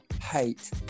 hate